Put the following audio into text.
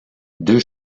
deux